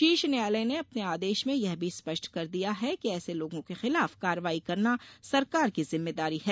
शीर्ष न्यायालय ने अपने आदेश में यह भी स्पष्ट कर दिया है कि ऐसे लोगों के खिलाफ कार्रवाई करना सरकार की जिम्मेदारी है